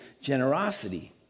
generosity